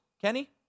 Kenny